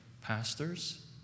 pastors